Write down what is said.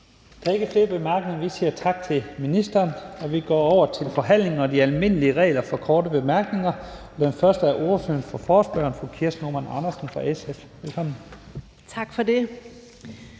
Der er ikke flere bemærkninger. Vi siger tak til ministeren. Så går vi over til forhandlingen og de almindelige regler for korte bemærkninger. Først er det ordføreren for forespørgerne, fru Kirsten Normann Andersen for SF. Velkommen. Kl.